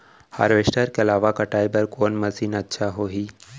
Harvester के अलावा कटाई बर कोन मशीन अच्छा होही?